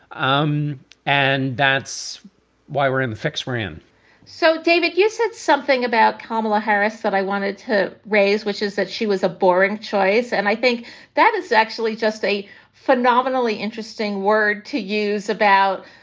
um and that's why we're in the fix we're in so, david, you said something about kamala harris that i wanted to raise, which is that she was a boring choice. and i think that is actually just a phenomenally interesting word to use about.